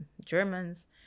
Germans